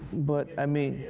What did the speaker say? but i mean.